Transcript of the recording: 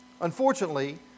Unfortunately